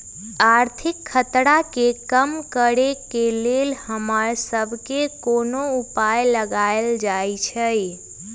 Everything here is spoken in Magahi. आर्थिक खतरा के कम करेके लेल हमरा सभके कोनो उपाय लगाएल जाइ छै